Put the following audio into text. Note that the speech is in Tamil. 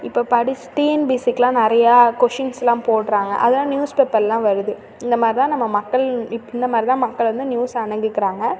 இப்போது படிச் டிஎன்பிஎஸ்சிக்கெலாம் நிறையா கொஷின்ஸெலாம் போடுறாங்க அதெல்லாம் நியூஸ் பேப்பரெலாம் வருது இந்த மாதிரிதான் நம்ம மக்கள் இப் இந்த மாதிரிதான் மக்கள் வந்து நியூஸை அணுகிக்கிறாங்க